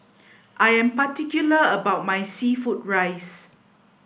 I am particular about my seafood fried rice